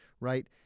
right